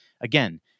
again